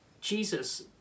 Jesus